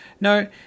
No